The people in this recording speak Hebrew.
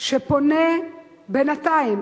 שפונה בינתיים,